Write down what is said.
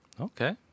Okay